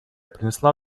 принесла